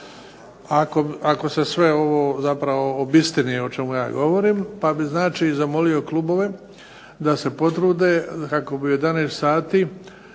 Ako se sve ovo zapravo obistini, o čemu ja govorim, pa bi znači zamolio klubove da se potrude kako bi u 11 sati